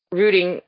rooting